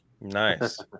Nice